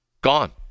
gone